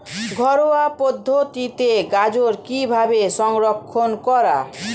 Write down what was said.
ঘরোয়া পদ্ধতিতে গাজর কিভাবে সংরক্ষণ করা?